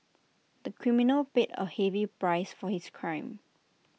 the criminal paid A heavy price for his crime